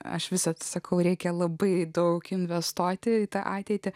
aš visad sakau reikia labai daug investuoti į tą ateitį